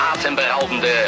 atemberaubende